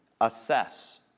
Assess